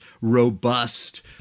robust